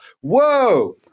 Whoa